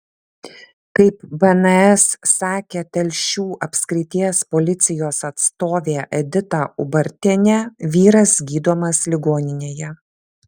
kaip bns sakė telšių apskrities policijos atstovė edita ubartienė vyras gydomas ligoninėje